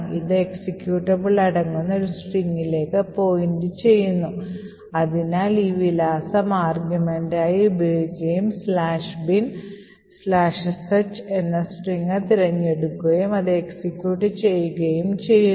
ഇത് എക്സിക്യൂട്ടബിൾ അടങ്ങുന്ന ഒരു സ്ട്രിംഗിലേക്ക് ഒരു പോയിന്റർ പ്രതീക്ഷിക്കുന്നു അതിനാൽ ഇത് ഈ വിലാസം ആർഗ്യുമെന്റായി ഉപയോഗിക്കുകയും "binsh" എന്ന സ്ട്രിംഗ് തിരഞ്ഞെടുക്കുകയും അത് എക്സിക്യൂട്ട് ചെയ്യുകയും ചെയ്യുന്നു